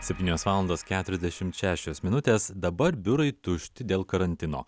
septynios valandos keturiasdešimt šešios minutės dabar biurai tušti dėl karantino